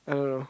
I don't know